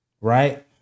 right